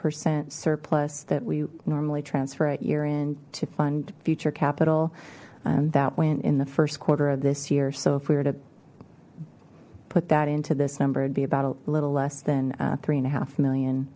percent surplus that we normally transfer at year in to fund future capital that went in the first quarter of this year so if we were to put that into this number it'd be about a little less than three and a half million